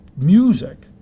music